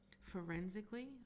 Forensically